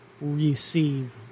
receive